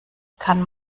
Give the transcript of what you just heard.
kann